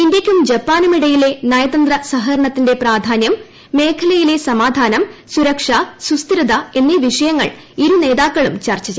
ഇന്ത്യയ്ക്കും ജപ്പാനുമിടയിലെ നയതന്ത്ര സഹകരണത്തിന്റെ പ്രധാന്യം മേഖലയിലെ സമാധാനം സുരക്ഷ സുസ്ഥിരത എന്നീ വിഷയങ്ങൾ ഇരുനേതാക്കളും ചർച്ച ചെയ്തു